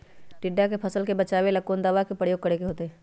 टिड्डा से फसल के बचावेला कौन दावा के प्रयोग करके होतै?